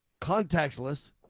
contactless